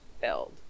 build